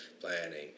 planning